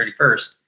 31st